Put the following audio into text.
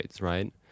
right